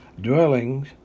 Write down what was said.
dwellings